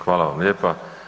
Hvala vam lijepa.